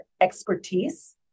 expertise